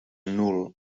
nul